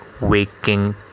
waking